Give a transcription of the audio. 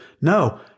No